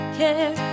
care